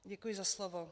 Děkuji za slovo.